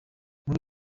muri